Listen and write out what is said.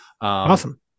awesome